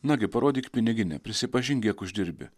nagi parodyk piniginę prisipažink kiek uždirbi